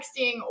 texting